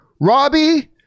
Robbie